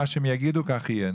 מה שהם יגידו כך יהיה.